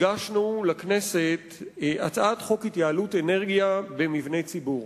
הגשנו לכנסת הצעת חוק התייעלות אנרגיה במבני ציבור.